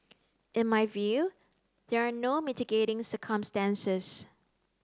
in my view there are no mitigating circumstances